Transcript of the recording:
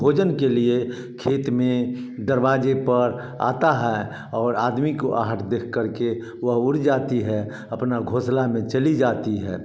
भोजन के लिए खेत में दरवाजे पर आता है और आदमी को आहट देख करके वह उड़ जाती है अपना घोंसला में चली जाती है